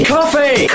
Coffee